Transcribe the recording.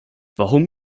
warum